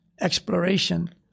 exploration